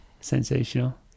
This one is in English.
Sensational